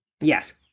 Yes